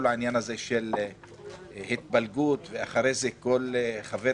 כל העניין הזה של התפלגות שאחריה כל חבר